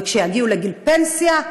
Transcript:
וכשיגיעו לגיל פנסיה,